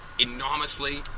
enormously